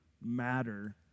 matter